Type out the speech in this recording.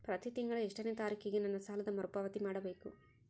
ಪ್ರತಿ ತಿಂಗಳು ಎಷ್ಟನೇ ತಾರೇಕಿಗೆ ನನ್ನ ಸಾಲದ ಮರುಪಾವತಿ ಮಾಡಬೇಕು?